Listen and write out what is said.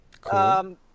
Cool